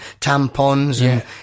tampons